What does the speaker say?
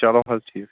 چلو حظ ٹھیٖک